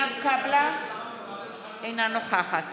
אינה נוכחת